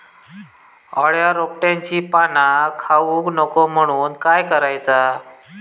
अळ्या रोपट्यांची पाना खाऊक नको म्हणून काय करायचा?